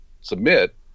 submit